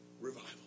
revival